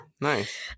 Nice